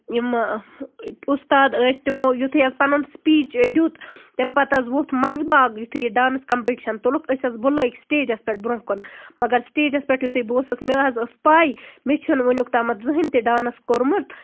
یِم اُستاد ٲسۍ تِمو اَسہِ پَنُن سِپیٖچ دیُت تَمہِ پَتہٕ حظ ووٚتھ منٛزٕ باغہٕ یِتھُے یہِ ڈانٔس کَمپِٹشَن تُلُکھ أسۍ حظ بُلٲوِکھ سِٹیجَس کُن برونہہ کُن مَگر سِٹیجَس پٮ۪ٹھ بہٕ یِتھُے اوسُس مےٚ حظ ٲس پَے مےٚ چھُنہٕ وُنیُک تامَتھ زٔہٕنۍ تہِ ڈانٔس کوٚرمُت